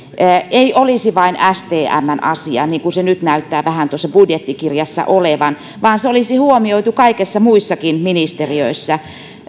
ei olisi vain stmn asia niin kuin se nyt näyttää vähän tuossa budjettikirjassa olevan vaan se olisi huomioitu kaikissa muissakin ministeriössä